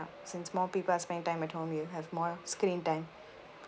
since more people are spending time at home you have more screen time